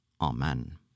Amen